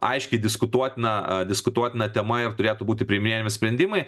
aiškiai diskutuotina diskutuotina tema ir turėtų būti priiminėjami sprendimai